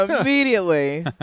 Immediately